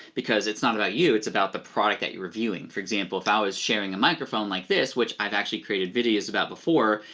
because it's not about you, it's about the product that you're reviewing. for example if i was sharing a microphone like this, which i've actually created videos about before,